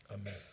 Amen